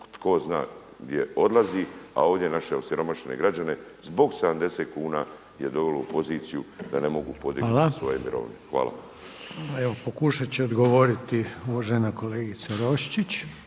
tko zna gdje odlazi, a ovdje naše osiromašene građane zbog 70 kuna je dovelo u poziciju da ne mogu podići svoje mirovine. Hvala. **Reiner, Željko (HDZ)** Hvala. Evo pokušat će odgovoriti uvažena kolegica Roščić.